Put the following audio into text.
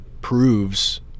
proves